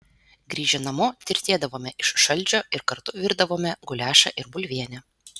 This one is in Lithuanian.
grįžę namo tirtėdavome iš šalčio ir kartu virdavome guliašą ir bulvienę